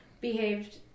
behaved